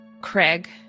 Craig